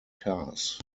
cars